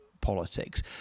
politics